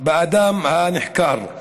באדם הנחקר.